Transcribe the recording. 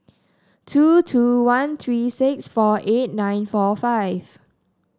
two two one three six four eight nine four five